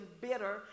bitter